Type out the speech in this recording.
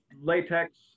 Latex